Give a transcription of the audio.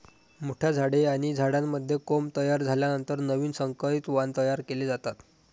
मोठ्या झाडे आणि झाडांमध्ये कोंब तयार झाल्यानंतर नवीन संकरित वाण तयार केले जातात